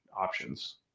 options